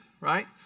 right